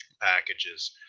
packages